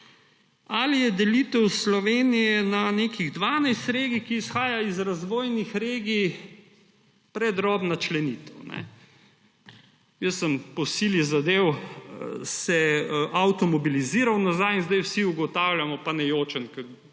ali je delitev Slovenije na nekih 12 regij, ki izhaja iz razvojnih regij, predrobna členitev. Po sili zadev sem se avtomobiliziral nazaj in zdaj vsi ugotavljamo – pa ne jočem, ker